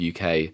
UK